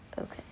Okay